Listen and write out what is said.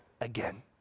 again